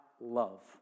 love